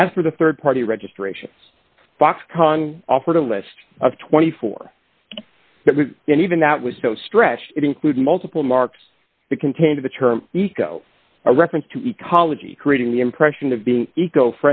master the rd party registration foxconn offered a list of twenty four and even that was so stressed it included multiple marks the content of the term eco a reference to ecology creating the impression of being eco